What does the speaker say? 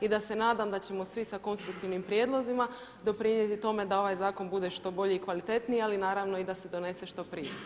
I da se nadam da ćemo svi sa konstruktivnim prijedlozima da pri tome da ovaj zakon bude što bolji i kvalitetniji, ali naravno i da se donese što prije.